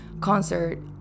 concert